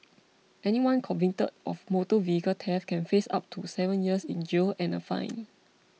anyone convicted of motor vehicle theft can face up to seven years in jail and a fine